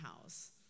house